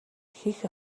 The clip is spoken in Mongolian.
хийх